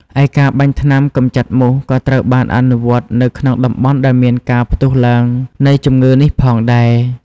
ឯការបាញ់ថ្នាំកម្ចាត់មូសក៏ត្រូវបានអនុវត្តនៅក្នុងតំបន់ដែលមានការផ្ទុះឡើងនៃជំងឺនេះផងដែរ។